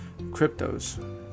cryptos